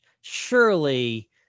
Surely